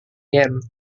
yen